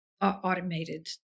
automated